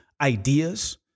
ideas